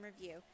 review